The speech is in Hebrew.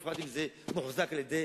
בפרט אם זה מוחזק על-ידי